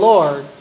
Lord